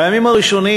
בימים הראשונים,